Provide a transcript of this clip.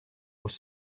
was